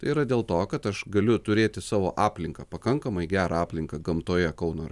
yra dėl to kad aš galiu turėti savo aplinką pakankamai gerą aplinką gamtoje kauno